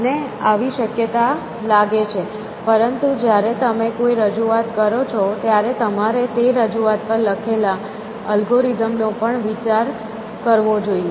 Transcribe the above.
મને આવી શક્યતા લાગે છે પરંતુ જ્યારે તમે કોઈ રજૂઆત કરો છો ત્યારે તમારે તે રજૂઆત પર લખેલા અલ્ગોરિધમ નો પણ વિચાર કરવો જોઈએ